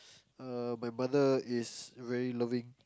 uh my mother is very loving